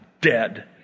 dead